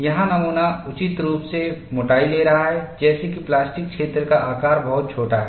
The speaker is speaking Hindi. यहाँ नमूना उचित रूप से मोटाई ले रहा है जैसे कि प्लास्टिक क्षेत्र का आकार बहुत छोटा है